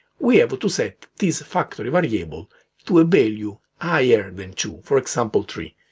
we have to set this factory variable to a value higher than two, for example three.